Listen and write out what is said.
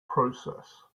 process